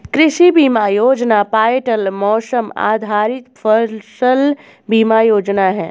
कृषि बीमा योजना पायलट मौसम आधारित फसल बीमा योजना है